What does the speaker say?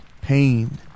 Pain